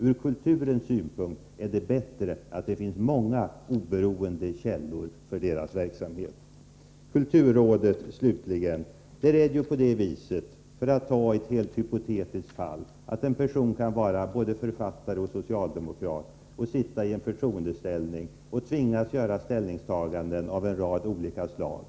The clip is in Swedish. Ur kulturens synvinkel är det bättre att det finns många oberoende källor för verksamheten. Vad slutligen gäller kulturrådet är det ju på det sättet — för att ta ett helt hypotetiskt fall — att en person kan vara både författare och socialdemokrat och sitta i förtroendeställning och tvingas göra ställningstaganden av en rad olika slag.